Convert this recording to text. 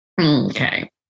Okay